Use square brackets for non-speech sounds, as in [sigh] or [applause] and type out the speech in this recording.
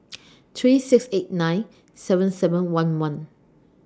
[noise] three six eight nine seven seven one one